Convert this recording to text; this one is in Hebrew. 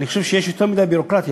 אני חושב שיש יותר מדי ביורוקרטיה.